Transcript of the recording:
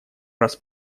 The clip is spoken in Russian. раз